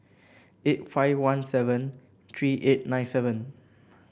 eight five one seven three eight nine seven